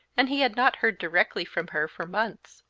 and he had not heard directly from her for months.